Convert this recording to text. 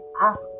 ask